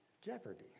jeopardy